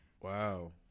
Wow